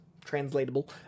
translatable